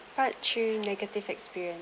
part three negative experience